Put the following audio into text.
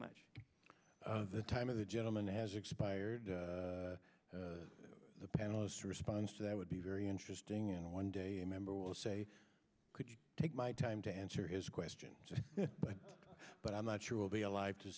much the time of the gentleman has expired the panelist response to that would be very interesting in one day a member will say could you take my time to answer his question but i'm not sure will be alive to